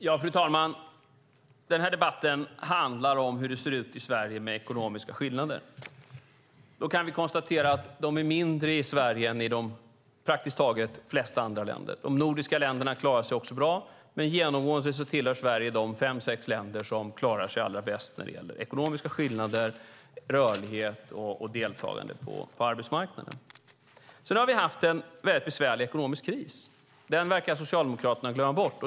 Fru talman! Den här debatten handlar om hur det ser ut i Sverige med ekonomiska skillnader. Vi kan konstatera att de är mindre i Sverige än i de flesta andra länder. De andra nordiska länderna klarar sig också bra, men genomgående tillhör Sverige de fem sex länder som klarar sig allra bäst när det gäller ekonomiska skillnader, rörlighet och deltagande på arbetsmarknaden. Sedan har vi haft en mycket besvärlig ekonomisk kris. Den verkar Socialdemokraterna glömma bort.